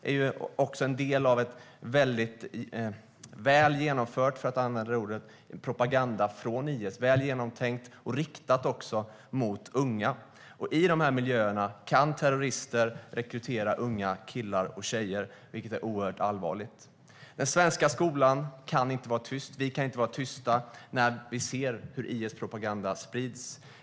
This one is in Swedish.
Det är också en del av en väldigt väl genomförd, för att använda det ordet, propaganda från IS. Den är väl genomtänkt och riktad mot unga. I de här miljöerna kan terrorister rekrytera unga killar och tjejer, vilket är oerhört allvarligt. Den svenska skolan kan inte vara tyst. Vi kan inte vara tysta när vi ser hur IS-propaganda sprids.